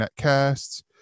Netcasts